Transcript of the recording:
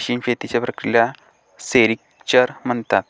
रेशीम शेतीच्या प्रक्रियेला सेरिक्चर म्हणतात